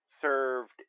served